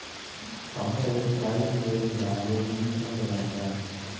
हमरा एक बाइक लेवे के बा लोन मिल सकेला हमरा?